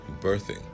birthing